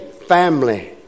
family